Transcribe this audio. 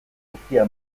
guztia